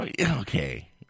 Okay